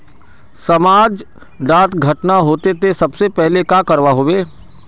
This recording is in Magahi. समाज डात घटना होते ते सबसे पहले का करवा होबे?